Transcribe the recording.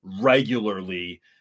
regularly